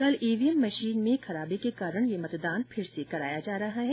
कल EVM machine में खराबी के कारण ये मतदान फिर से कराया जा रहा है